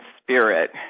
spirit